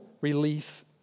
relief